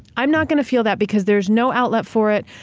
i'm not going to feel that because there's no outlet for it,